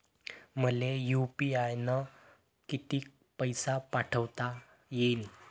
मले यू.पी.आय न किती पैसा पाठवता येईन?